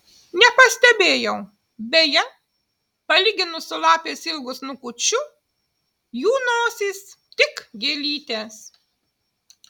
nepastebėjau beje palyginus su lapės ilgu snukučiu jų nosys tik gėlytės